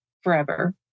Forever